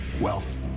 wealth